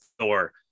Thor